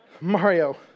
Mario